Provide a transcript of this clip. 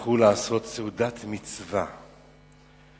שזכו לעשות סעודת מצווה בעין-כרם.